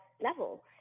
level